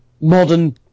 modern